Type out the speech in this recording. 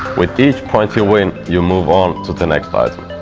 with each point you win, you move on to the next but